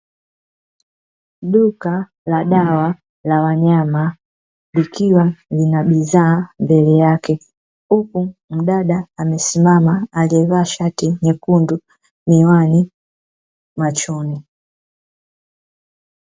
Duka la dawa la wanyama likiwa lina bidhaa mbele yake huku mdada amesimama aliyevaa shati jekundu, miwani machoni.